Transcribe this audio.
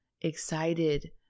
excited